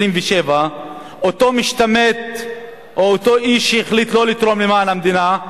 27. אותו משתמט או אותו איש שהחליט שלא לתרום למען המדינה,